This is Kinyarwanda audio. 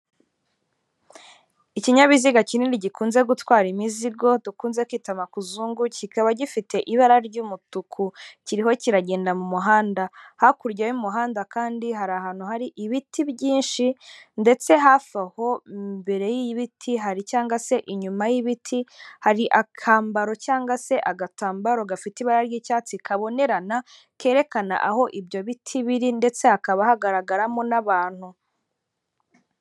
Ikinyabiziga kinini gikunze gutwara imizigo dukunze kwita makuzungu, kikaba gifite ibara ry'umutuku. Kiriho kiragenda mu muhanda. Hakurya y'umuhanda kandi hari ahantu hari ibiti byinshi ndetse hafi aho imbere y'ibiti hari cyangwa se inyuma y'ibiti hari akambaro cyangwa se agatambaro gafite ibara ry'icyatsi kabonerana kerekana aho ibyo biti biri ndetse hakaba hagaragaramo n'abantu.